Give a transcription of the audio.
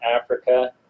Africa